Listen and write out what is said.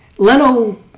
Leno